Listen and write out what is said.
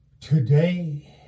Today